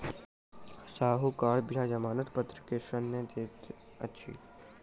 साहूकार बिना जमानत पत्र के ऋण नै दैत अछि